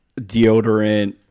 deodorant